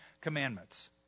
commandments